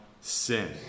sin